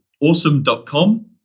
awesome.com